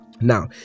Now